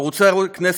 ערוצי הכנסת,